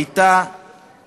הייתה